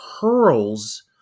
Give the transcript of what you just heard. hurls